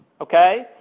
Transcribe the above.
Okay